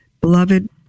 Beloved